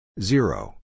Zero